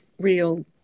real